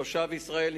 תושב ישראל,